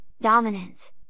dominance